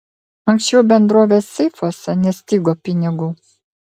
anksčiau bendrovės seifuose nestigo pinigų